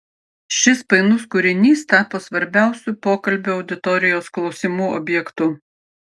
šis painus kūrinys tapo svarbiausiu pokalbio auditorijos klausimų objektu